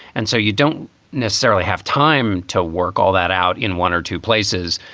and so you don't necessarily have time to work all that out in one or two places,